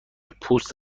پوست